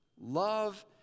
Love